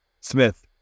Smith